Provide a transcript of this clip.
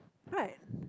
right